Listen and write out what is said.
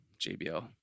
JBL